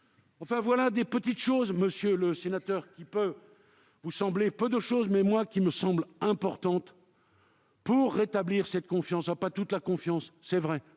Voilà donc de petites choses, monsieur le sénateur, qui peuvent vous sembler infimes, mais qui me semblent importantes pour rétablir la confiance. Pas toute la confiance, c'est vrai,